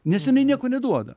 nes jinai nieko neduoda